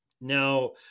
Now